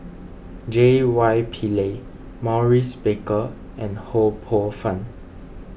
J Y Pillay Maurice Baker and Ho Poh Fun